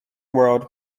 world